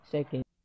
Second